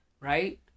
right